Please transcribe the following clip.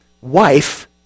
wife